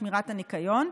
שמירת הניקיון),